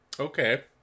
Okay